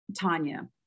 Tanya